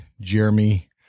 Jeremy